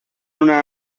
una